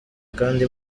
kandi